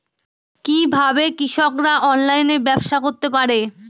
কিভাবে কৃষকরা অনলাইনে ব্যবসা করতে পারে?